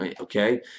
okay